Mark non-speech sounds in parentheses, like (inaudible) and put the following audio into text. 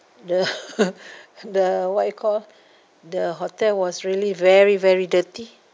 the (laughs) the what you call the hotel was really very very dirty